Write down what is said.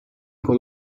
con